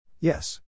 Yes